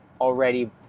already